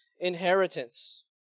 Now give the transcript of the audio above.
inheritance